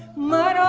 more